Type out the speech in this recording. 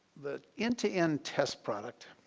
the end to end test product